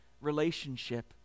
relationship